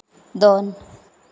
ᱫᱚᱱ